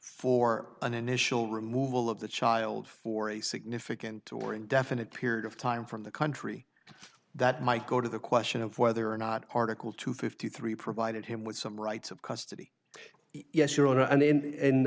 for an initial removal of the child for a significant or indefinite period of time from the country that might go to the question of whether or not article two fifty three provided him with some rights of custody yes your